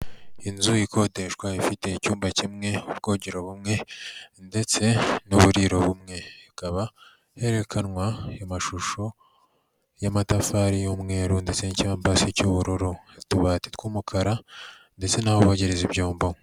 Inzu ikodeshwa ifite icyumba kimwe ubwogero bumwe ndetse n'uburiro bumwe, ikaba herekanwa amashusho y'amatafari y'umweru ndetse n'icyumba cy'ubururu, utubati tw'umukara ndetse n'aho bogereza ibyombo.